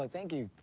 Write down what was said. like thank you.